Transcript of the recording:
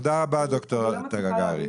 תודה רבה, ד"ר תגרי.